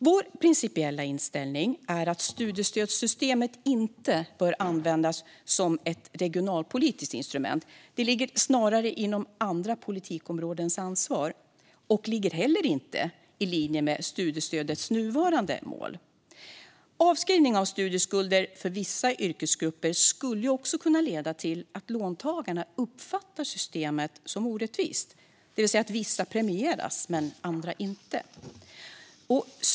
Vår principiella inställning är att studiestödssystemet inte bör användas som ett regionalpolitiskt instrument. Det ligger snarare inom andra politikområdens ansvar. Att använda det så ligger heller inte i linje med studiestödets nuvarande mål. Avskrivning av studieskulder för vissa yrkesgrupper skulle också kunna leda till att låntagarna uppfattar systemet som orättvist, det vill säga att vissa premieras men andra inte.